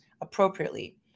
appropriately